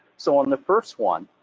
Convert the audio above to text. so on the first one,